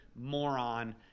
moron